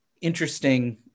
interesting